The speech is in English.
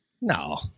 No